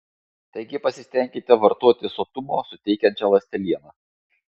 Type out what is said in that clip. taigi pasistenkite vartoti sotumo suteikiančią ląstelieną